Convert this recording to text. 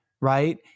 right